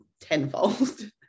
tenfold